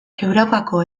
europako